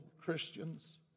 Christians